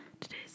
Today's